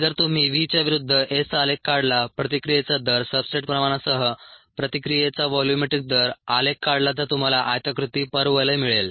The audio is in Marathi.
जर तुम्ही v च्या विरुद्ध S चा आलेख काढला प्रतिक्रियेचा दर सब्सट्रेट प्रमाणसह प्रतिक्रियेचा व्हॉल्यूमेट्रिक दर आलेख काढला तर तुम्हाला आयताकृती परवलय मिळेल